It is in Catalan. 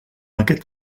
aquest